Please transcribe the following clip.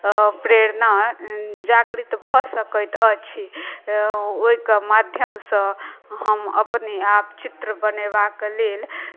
प्रेरणा जागृत भऽ सकैत अछि ओहिके माध्यमसँ हम अपने आप चित्र बनेबाक लेल